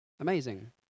amazing